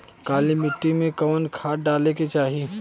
काली मिट्टी में कवन खाद डाले के चाही?